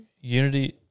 unity